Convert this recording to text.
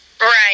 right